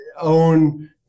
own